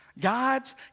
God's